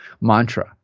mantra